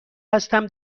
هستم